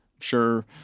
Sure